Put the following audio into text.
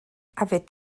avait